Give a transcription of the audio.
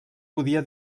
podia